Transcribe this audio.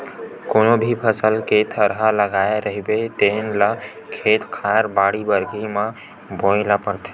कोनो भी फसल के थरहा लगाए रहिबे तेन ल खेत खार, बाड़ी बखरी म बोए ल परथे